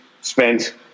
spent